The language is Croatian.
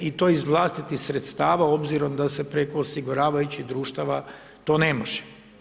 I to iz vlastitih sredstava obzirom da se preko osiguravajućih društava to ne može.